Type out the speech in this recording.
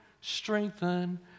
strengthen